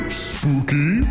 spooky